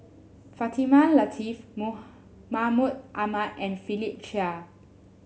Fatimah Lateef Mahmud Ahmad and Philip Chia